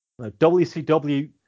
WCW